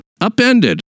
upended